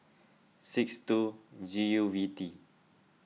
six two G U V T